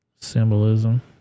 Symbolism